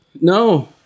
No